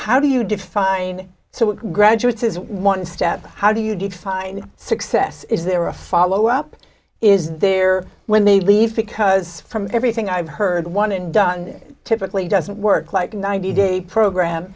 how do you define so graduates is one step how do you define success is there a follow up is there when they leave because from everything i've heard one it done typically doesn't work like a ninety day program